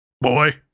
boy